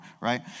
right